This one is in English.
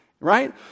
Right